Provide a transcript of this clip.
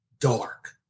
dark